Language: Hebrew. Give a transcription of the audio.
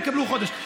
יקבלו בתוך חודש,